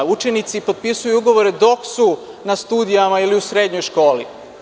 Učenici potpisuju ugovore dok su na studijama ili u srednjoj školi.